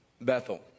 Bethel